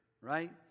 right